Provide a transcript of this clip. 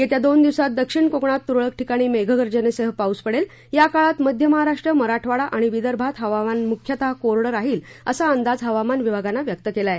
येत्या दोन दिवसांत दक्षिण कोकणात तुरळक ठिकाणी मेघगर्जनेसह पाऊस पडेल याकाळात मध्य महाराष्ट्र मराठवाडा आणि विदर्भात हवामान मुख्यतः कोरडं राहील असा अंदाज हवामान विभागानं व्यक्त केला आहे